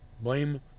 blame